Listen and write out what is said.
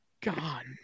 God